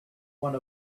one